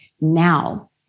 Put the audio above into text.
now